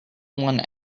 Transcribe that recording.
one